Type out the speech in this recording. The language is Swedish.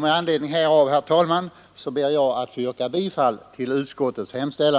Med anledning härav, herr talman, ber jag att få yrka bifall till utskottets hemställan.